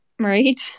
right